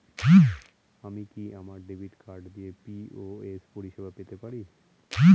আমি কি আমার ডেবিট কার্ড দিয়ে পি.ও.এস পরিষেবা পেতে পারি?